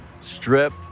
strip